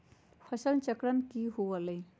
फसल चक्रण की हुआ लाई?